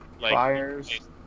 Fires